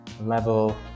level